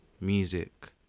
music